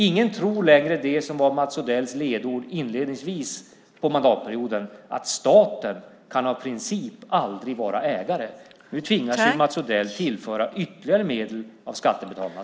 Ingen tror längre på det som var Mats Odells ledord i inledningen av mandatperioden, att staten i princip aldrig kan vara ägare. Nu tvingas ju Mats Odell tillföra ytterligare medel från skattebetalarna.